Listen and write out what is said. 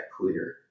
clear